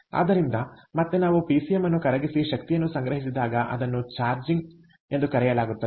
ಆದ್ದರಿಂದ ಮತ್ತೆ ನಾವು ಪಿಸಿಎಂ ಅನ್ನು ಕರಗಿಸಿ ಶಕ್ತಿಯನ್ನು ಸಂಗ್ರಹಿಸಿದಾಗ ಅದನ್ನು ಚಾರ್ಜಿಂಗ್ ಎಂದು ಕರೆಯಲಾಗುತ್ತದೆ